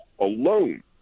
alone